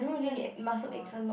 ya next uh